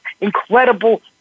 incredible